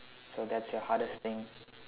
so that's your hardest thing